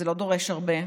זה לא דורש הרבה.